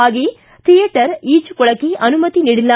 ಹಾಗೆಯೇ ಥಿಯೇಟರ್ ಈಜುಕೋಳಕ್ಕೆ ಅನುಮತಿ ನೀಡಿಲ್ಲ